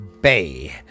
Bay